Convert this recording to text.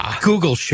Google